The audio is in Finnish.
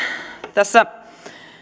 tässä